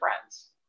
friends